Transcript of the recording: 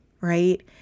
right